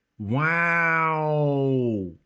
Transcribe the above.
Wow